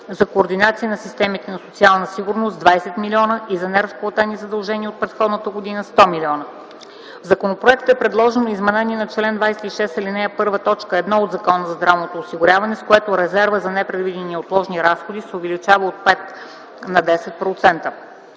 за координация на системите за социална сигурност – 20 млн. лв., и за неразплатени задължения за предходната година – 100 млн. лв. В законопроекта е предложено изменение на чл. 26, ал. 1, т. 1 от Закона за здравното осигуряване, с което резервът за непредвидени и неотложни разходи се увеличава от 5% на 10%.